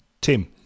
Tim